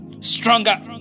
stronger